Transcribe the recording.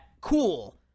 cool